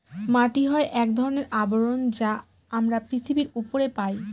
মাটি হয় এক ধরনের আবরণ যা আমরা পৃথিবীর উপরে পায়